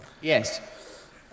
Yes